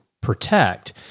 protect